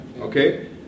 okay